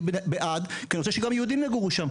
אני בעד כי אני רוצה שגם יהודים יגורו שם.